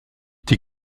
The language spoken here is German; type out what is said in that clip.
die